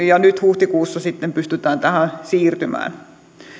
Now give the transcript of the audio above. ja nyt huhtikuussa pystytään tähän siirtymään